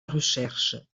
recherche